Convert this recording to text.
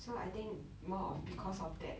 so I think more of because of that